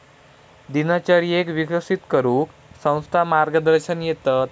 दिनचर्येक विकसित करूक संस्था मार्गदर्शन देतत